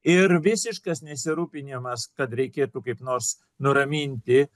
ir visiškas nesirūpinimas kad reikėtų kaip nors nuraminti